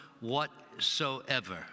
whatsoever